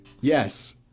Yes